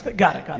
but got it, got